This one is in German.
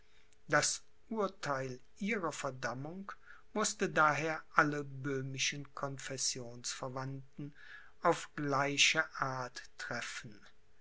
das urtheil ihrer verdammung mußte daher alle böhmischen confessionsverwandten auf gleiche art treffen